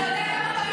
התשובה: כן.